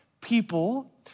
people